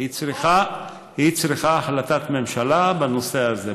היא צריכה החלטת ממשלה בנושא הזה.